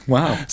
Wow